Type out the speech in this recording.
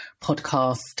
podcast